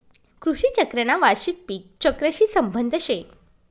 कृषी चक्रना वार्षिक पिक चक्रशी संबंध शे